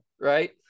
right